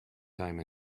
time